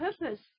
purpose